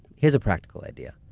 here's a practical idea.